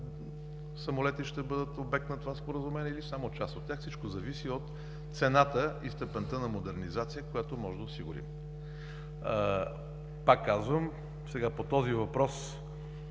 самолети ще бъдат обект на това споразумение или само част от тях. Всичко зависи от цената и степента на модернизация, която можем да осигурим. Пак казвам, по този въпрос,